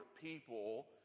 people